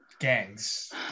gangs